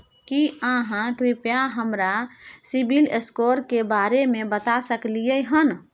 की आहाँ कृपया हमरा सिबिल स्कोर के बारे में बता सकलियै हन?